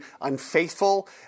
unfaithful